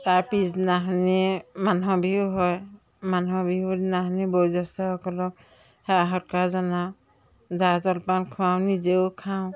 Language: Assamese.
তাৰ পিছদিনাখনি মানুহৰ বিহু হয় মানুহৰ বিহু দিনাখনি বয়োজ্যেষ্ঠসকলক সেৱা সৎকাৰ জনাওঁ জা জলপান খোৱাওঁ নিজেও খাওঁ